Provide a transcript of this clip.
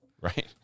Right